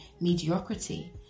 mediocrity